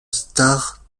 star